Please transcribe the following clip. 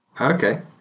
Okay